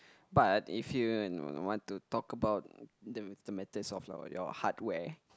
but if you want to talk about the the methods of your your hardware